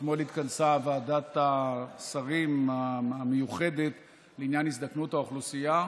אתמול התכנסה ועדת השרים המיוחדת לעניין הזדקנות האוכלוסייה.